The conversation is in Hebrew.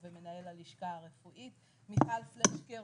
ופיזור הכנסות על פני התקופה.